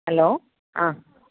hello ആ